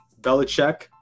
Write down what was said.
Belichick